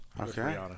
Okay